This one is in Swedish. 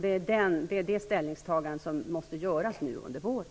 Det är det ställningstagande som måste göras nu under våren.